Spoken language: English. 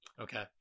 Okay